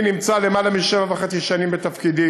אני נמצא יותר משבע שנים וחצי בתפקידי.